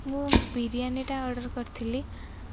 ମୁଁ ବିରିୟାନିଟା ଅର୍ଡ଼ର୍ କରିଥିଲି